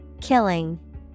Killing